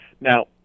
Now